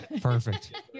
Perfect